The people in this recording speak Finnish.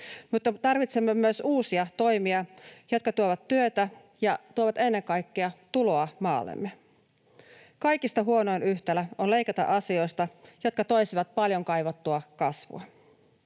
mutta tarvitsemme myös uusia toimia, jotka tuovat työtä ja tuovat ennen kaikkea tuloa maallemme. Kaikista huonoin yhtälö on leikata asioista, jotka toisivat paljon kaivattua kasvua.